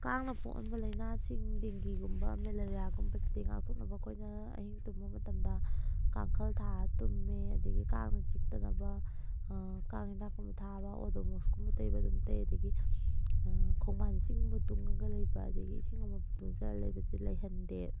ꯀꯥꯡꯅ ꯄꯣꯛꯍꯟꯕ ꯂꯩꯅꯥꯁꯤꯡ ꯗꯦꯡꯒꯤꯒꯨꯝꯕ ꯃꯦꯂꯥꯔꯤꯌꯥꯒꯨꯝꯕꯁꯤꯗꯩ ꯉꯥꯛꯊꯣꯛꯅꯕ ꯑꯩꯈꯣꯏꯅ ꯑꯍꯤꯡ ꯇꯨꯝꯕ ꯃꯇꯝꯗ ꯀꯥꯡꯈꯜ ꯊꯥꯔ ꯇꯨꯝꯃꯦ ꯑꯗꯒꯤ ꯀꯥꯡꯅ ꯆꯤꯛꯇꯅꯕ ꯀꯥꯡ ꯍꯤꯗꯥꯛ ꯀꯨꯝꯕ ꯊꯥꯕ ꯑꯣꯗꯣꯃꯦꯁ ꯀꯨꯝꯕ ꯇꯩꯕ ꯑꯗꯨꯝ ꯇꯩ ꯑꯗꯒꯤ ꯈꯣꯡꯕꯥꯟ ꯏꯁꯤꯡꯒꯨꯝꯕ ꯇꯨꯡꯉꯒ ꯂꯩꯕ ꯑꯗꯒꯤ ꯏꯁꯤꯡ ꯑꯃꯣꯠꯄ ꯇꯨꯡꯁꯜꯂ ꯂꯩꯕꯁꯦ ꯂꯩꯍꯟꯗꯦ